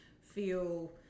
feel